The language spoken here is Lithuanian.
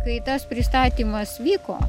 kai tas pristatymas vyko